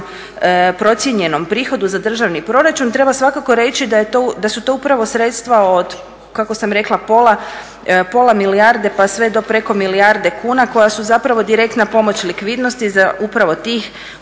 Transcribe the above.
procijenjenom prihodu za državni proračun treba svakako reći da su to upravo sredstva od kako sam rekla pola milijarde, pa sve do preko milijarde kuna koja su zapravo direktna pomoć likvidnosti za upravo tih